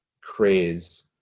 craze